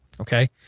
Okay